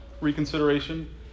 reconsideration